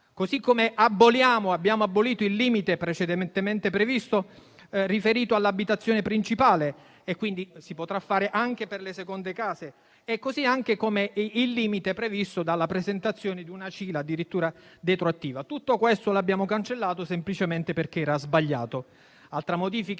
Così come abbiamo abolito il limite, precedentemente previsto, riferito all'abitazione principale (quindi lo si potrà fare anche per le seconde case), nonché il limite della presentazione di una CILA, addirittura retroattiva. Tutto questo l'abbiamo cancellato semplicemente perché era sbagliato. Un'altra modifica